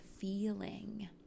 feeling